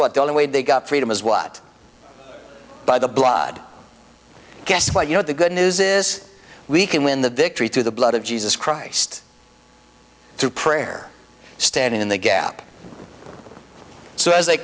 what the only way they got freedom is what by the blood guess what you know the good news is we can win the victory through the blood of jesus christ through prayer stand in the gap so as they